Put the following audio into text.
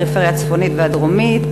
הפריפריה הצפונית והדרומית,